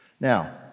Now